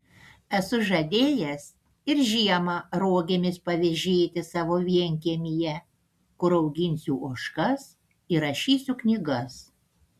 esu žadėjęs ir žiemą rogėmis pavėžėti savo vienkiemyje kur auginsiu ožkas ir rašysiu knygas